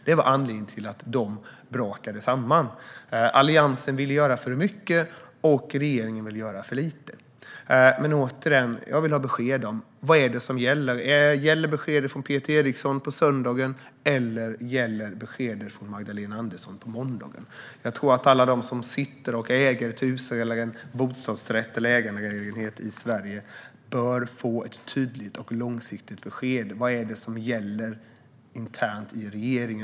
Det var anledningen till att dessa samtal brakade samman. Alliansen ville göra för mycket, och regeringen ville göra för lite. Återigen: Jag vill ha besked om vad det är som gäller. Gäller beskedet från Peter Eriksson på söndagen, eller gäller beskedet från Magdalena Andersson på måndagen? Jag tycker att alla som äger ett hus, en bostadsrätt eller en ägarlägenhet i Sverige bör få ett tydligt och långsiktigt besked om vad som gäller internt i regeringen.